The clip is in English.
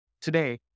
today